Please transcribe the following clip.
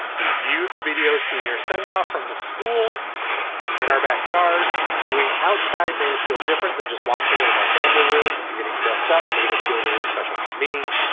we view the video, senior sendoff from his school in our backyard. viewing outside made it feel different than just watching it in our family room and getting dressed up made it feel really special to me.